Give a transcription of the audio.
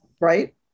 Right